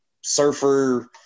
surfer